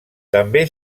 també